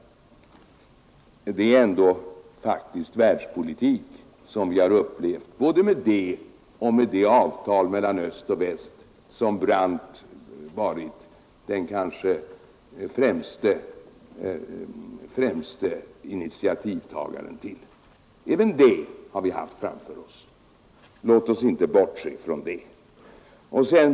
Det är faktiskt världspolitiska händelser som vi upplevt med både Moskvamötet och det avtal mellan öst och väst som Brandt varit den främste initiativtagaren till. Låt oss inte bortse från det!